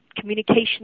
communication